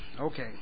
okay